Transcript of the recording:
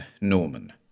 Norman